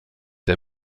der